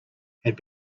had